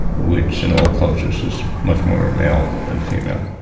which in all cultures is much more male than female.